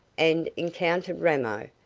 and encountered ramo,